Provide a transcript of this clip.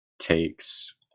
Takes